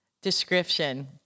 description